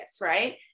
right